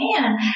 man